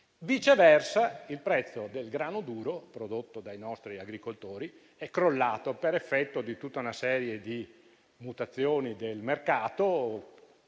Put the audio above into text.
Viceversa, il prezzo del grano duro prodotto dai nostri agricoltori è crollato per effetto di tutta una serie di mutazioni del mercato,